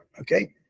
Okay